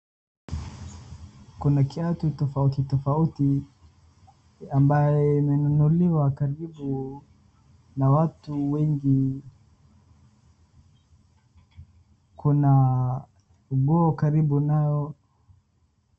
Kuna kiatu tofauti tofauti ambayo imenunuliwa karibu na watu wengi. Kuna nguo karibu nayo.